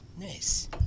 Nice